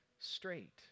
straight